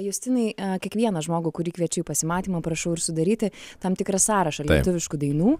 justinai kiekvieną žmogų kurį kviečiu į pasimatymą prašau ir sudaryti tam tikrą sąrašą lietuviškų dainų